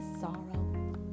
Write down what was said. sorrow